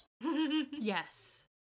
Yes